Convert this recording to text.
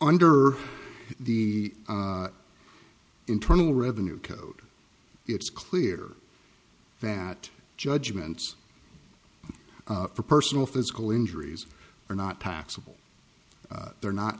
under the internal revenue code it's clear that judgments for personal physical injuries are not taxable they're not